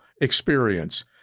experience